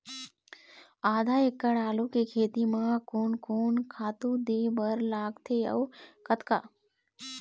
आधा एकड़ आलू के खेती म कोन कोन खातू दे बर लगथे अऊ कतका?